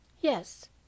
Yes